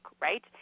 right